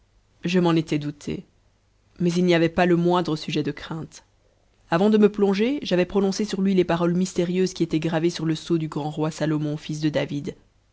je m'en étais douté mais il n'y avait pas le moindre sujet de crainte avant de me plonger j'avais prononcé sur lui les paroles mystérieuses qui étaient gravées sur le sceau du grand roi salomon fils de david